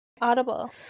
Audible